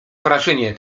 wrażenie